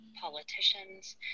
politicians